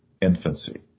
infancy